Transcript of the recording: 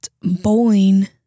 bowling